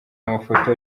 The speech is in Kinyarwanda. amafoto